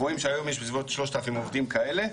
רואים שהיום יש בסביבות 3,000 עובדים כאלה.